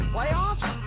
Playoffs